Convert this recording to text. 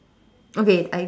okay I